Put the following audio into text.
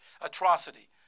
atrocity